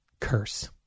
curse